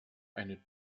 eine